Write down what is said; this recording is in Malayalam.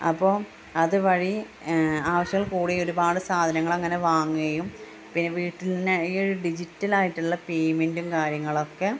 അപ്പോൾ അത് വഴി ആവശ്യങ്ങൾ കൂടി ഒരുപാട് സാധനങ്ങൾ അങ്ങനെ വാങ്ങുകയും പിന്നെ വീട്ടിൽതന്നെ ഈ ഡിജിറ്റൽ ആയിട്ടുള്ള പേമെൻറ്റും കാര്യങ്ങളൊക്കെ